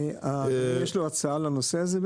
יש לו הצעה לנושא הזה?